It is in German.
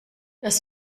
das